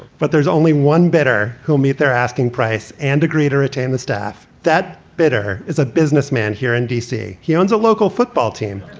but there's only one bidder who meet their asking price and agree to retain the staff that bidder is a businessman here in d c. he owns a local football team,